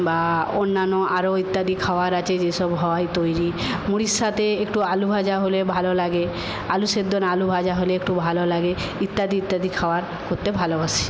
বা অন্যান্য আরও ইত্যাদি খাওয়ার আছে যে সব হয় তৈরি মুড়ির সাথে একটু আলু ভাজা হলে ভালো লাগে আলু সেদ্ধ না একটু আলু ভাজা হলে একটু ভালো লাগে ইত্যাদি ইত্যাদি খাওয়ার করতে ভালোবাসি